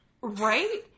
Right